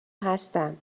هستم